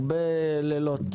הרבה לילות.